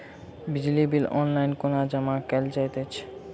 बिजली bill online कोना जमा कएल जाइत अछि?